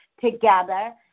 together